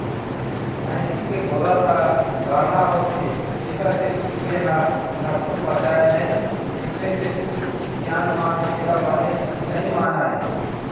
भइसी के गोरस ह गाड़हा होथे तेखर सेती ए ह झटकून पचय नई एखरे सेती सियान मन एला बने नइ मानय